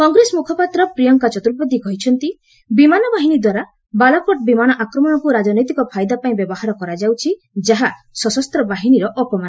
କଗ୍ରେସ ମୁଖପାତ୍ର ପ୍ରିୟଙ୍କା ଚର୍ତୁବେଦୀ କହିଛନ୍ତି ବିମାନବାହିନୀ ଦ୍ୱାରା ବାଲାକୋଟ ବିମାନ ଆକ୍ମଣକ୍ତ ରାଜନୈତିକ ଫାଇଦା ପାଇଁ ବ୍ୟବହାର କରାଯାଉଛି ଯାହା ସଶସ୍ତ ବାହିନୀର ଅପମାନ